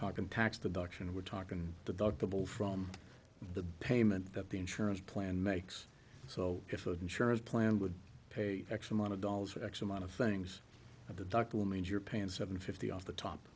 talking tax deduction we're talking deductible from the payment that the insurance plan makes so if an insurance plan would pay x amount of dollars for x amount of things that the doctor will means you're paying seven fifty off the top